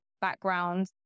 background